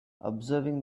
observing